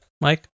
Mike